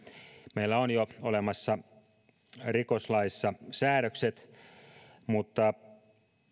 meillä on jo olemassa rikoslaissa säädökset mutta